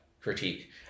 critique